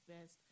best